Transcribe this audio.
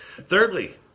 Thirdly